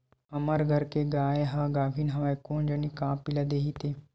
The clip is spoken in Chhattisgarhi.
हमर घर के गाय ह गाभिन हवय कोन जनी का पिला दिही ते